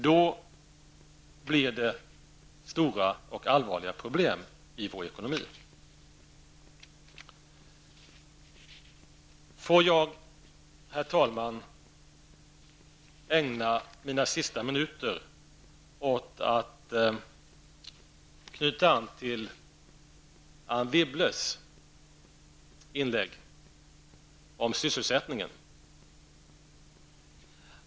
Får jag, herr talman, ägna de sista minuterna av mitt anförande åt att knyta an till Anne Wibbles inlägg om sysselsättningen.